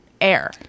air